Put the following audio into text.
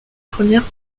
premières